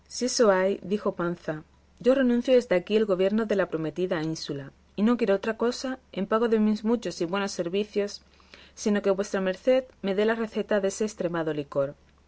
dijo panza yo renuncio desde aquí el gobierno de la prometida ínsula y no quiero otra cosa en pago de mis muchos y buenos servicios sino que vuestra merced me dé la receta de ese estremado licor